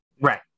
Right